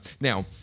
now